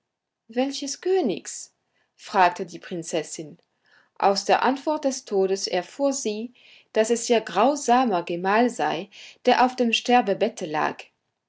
welches königs fragte die prinzessin aus der antwort des todes erfuhr sie daß es ihr grausamer gemahl sei der auf dem sterbebette lag